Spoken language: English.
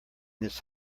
this